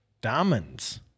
Diamonds